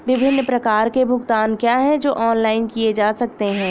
विभिन्न प्रकार के भुगतान क्या हैं जो ऑनलाइन किए जा सकते हैं?